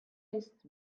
eest